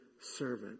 servant